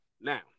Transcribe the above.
Now